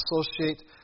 associate